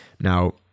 Now